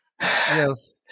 yes